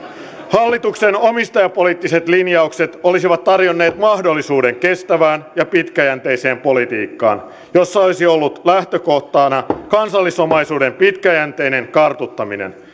hallituksen omistajapoliittiset linjaukset olisivat tarjonneet mahdollisuuden kestävään ja pitkäjänteiseen politiikkaan jossa olisi ollut lähtökohtana kansallisomaisuuden pitkäjänteinen kartuttaminen